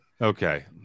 Okay